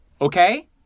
Okay